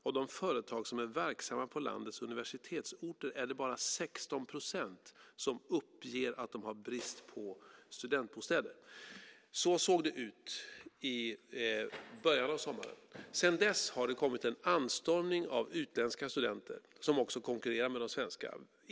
Av de företag som är verksamma på landets universitetsorter är det bara 16 procent som uppger att de har brist på studentbostäder. Så såg det ut i början av sommaren. Sedan dess har det kommit en anstormning av utländska studenter som konkurrerar med de svenska.